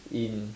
in